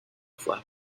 flap